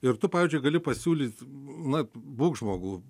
ir tu pavyzdžiui gali pasiūlyt na būk žmogum